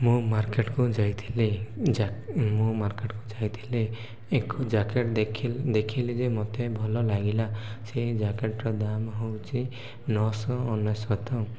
ମୁଁ ମାର୍କେଟକୁ ଯାଇଥିଲି ଯା ମୁଁ ମାର୍କେଟକୁ ଯାଇଥିଲି ଏକ ଜ୍ୟାକେଟ୍ ଦେଖ ଦେଖିଲି ଯେ ମୋତେ ଭଲ ଲାଗିଲା ସେଇ ଜ୍ୟାକେଟ୍ର ଦାମ ହେଉଛି ନଅଶହ ଅନେଶତ